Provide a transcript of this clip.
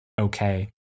okay